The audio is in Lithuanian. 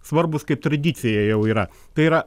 svarbūs kaip tradicija jau yra tai yra